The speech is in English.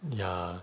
ya